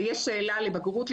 יש שאלה לבגרות,